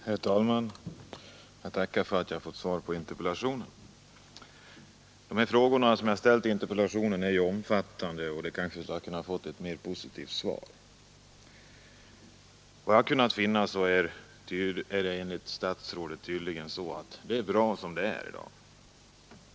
Herr talman! Jag tackar för att jag har fått svar på min interpellation. De frågor jag har ställt i interpellationen är ju omfattande, och de kanske skulle ha kunnat få ett mer positivt svar. Efter vad jag har kunnat finna är det enligt statsrådet tydligen bra som det är i dag.